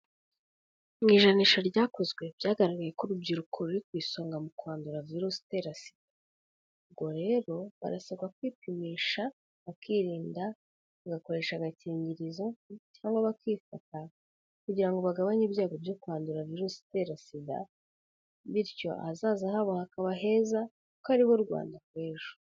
Mu ijanisha ryakozwe byagaragaye ko urubyiruko ruri ku isonga mu kwandura virusi itera SIDA. Ubwo rero barasabwa kwipimisha, bakirinda, bagakoresha agakingirizo cyangwa bakifata, kugira ngo bagabanye ibyago byo kwandura virus itera SIDA, bityo ahazaza habo hakaba heza kuko ari bo Rwanda rw'ejo.